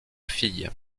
fille